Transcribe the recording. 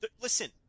listen